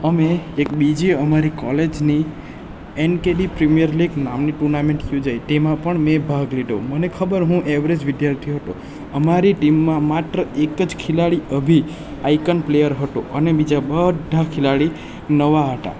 અમે એક બીજી અમારી કોલેજની એનકેડી પ્રીમિયર લીગ નામની ટુર્નામેન્ટ યોજાઈ તેમાં પણ મેં ભાગ લીધો મને ખબર કે હું એવરેજ વિદ્યાર્થી હતો અમારી ટીમમાં માત્ર એક જ ખેલાડી અભી આઇકન પ્લેયર હતો અને બીજા બધા ખેલાડી નવા હતા